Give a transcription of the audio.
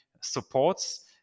supports